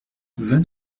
vingt